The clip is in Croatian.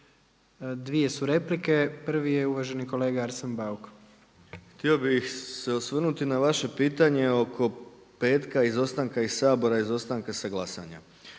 Dvije su replike. Prvi je uvaženi kolega Arsen Bauk. **Bauk, Arsen (SDP)** Htio bih se osvrnuti na vaše pitanje oko petka, izostanka iz Sabora, izostanka sa glasanja.